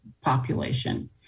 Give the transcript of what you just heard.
population